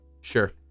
sure